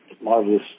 marvelous